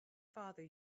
father